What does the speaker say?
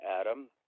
Adam